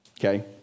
Okay